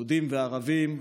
יהודים וערבים,